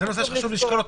זה נושא שחשוב לשקול אותו.